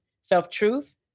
self-truth